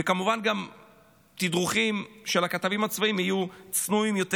וכמובן גם התדרוכים של הכתבים הצבאיים יהיו צנועים יותר.